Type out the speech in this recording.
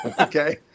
Okay